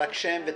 רק שם ותפקיד.